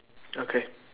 okay